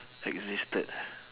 existed ah